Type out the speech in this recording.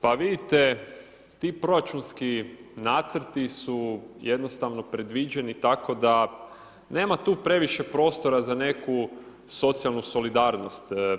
Pa vidite, ti proračunski nacrti su jednostavno predviđeni tako da nema tu previše prostora za neku socijalnu solidarnost.